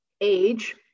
age